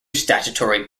statutory